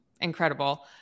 incredible